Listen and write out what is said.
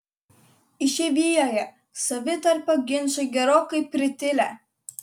išeivijoje savitarpio ginčai gerokai pritilę